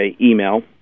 email